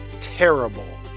terrible